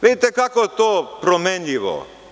Vidite kako je to promenljivo.